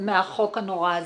מהחוק הנורא הזה.